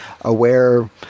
aware